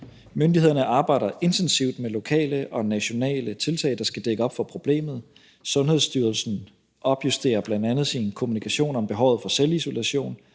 Myndighederne arbejder intensivt med lokale og nationale tiltag, der skal dæmme op for problemet. Sundhedsstyrelsen opjusterer bl.a. sin kommunikation om behov for selvisolation,